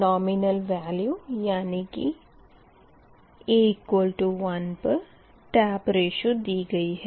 nominal value यानी कि a1 पर टेप रेश्यो दी गई है